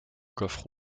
coffre